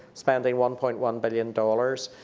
spending one point one billion dollars.